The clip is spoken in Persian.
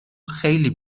خیلی